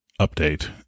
update